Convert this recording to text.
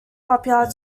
popular